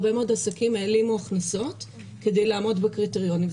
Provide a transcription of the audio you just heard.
הרבה מאוד עסקים העלימו הכנסות כדי לעמוד בקריטריונים.